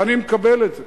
ואני מקבל את זה.